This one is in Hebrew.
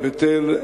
בבית-אל,